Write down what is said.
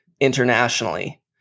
internationally